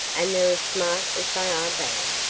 and they're as smart as they are bad.